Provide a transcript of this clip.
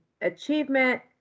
achievement